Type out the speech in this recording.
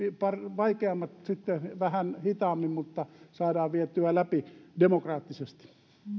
vaikeammat sitten vähän hitaammin vietyä läpi demokraattisesti